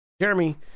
Jeremy